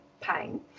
pain